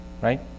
Right